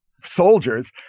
soldiers